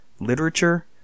literature